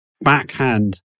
backhand